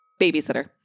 Babysitter